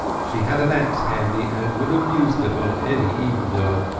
she had an axe handy, and would have used it on any evil-doer.